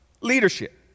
leadership